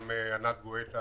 גם ענת גואטה,